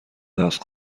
دست